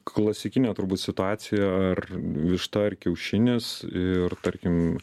klasikinė turbūt situacija ar višta ar kiaušinis ir tarkim